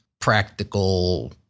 practical